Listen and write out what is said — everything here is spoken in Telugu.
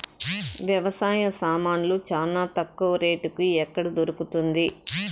వ్యవసాయ సామాన్లు చానా తక్కువ రేటుకి ఎక్కడ దొరుకుతుంది?